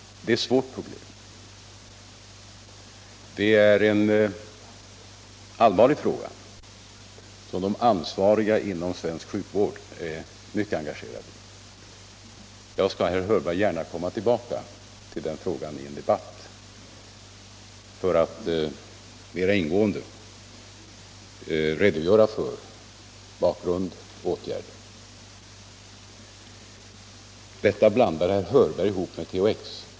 Det är ett svårt och allvarligt problem, som de ansvariga inom svensk sjukvård är mycket engagerade i. Jag skall, herr Hörberg, gärna komma tillbaka till den frågan i en debatt för att mera ingående redogöra för bakgrund och åtgärder. Denna fråga blandar herr Hörberg ihop med THX.